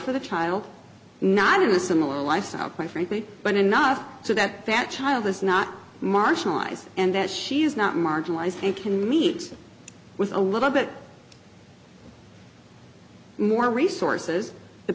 for the child not in a similar lifestyle quite frankly but enough so that that child is not marginalised and that she is not marginalised and can meet with a little bit more resources the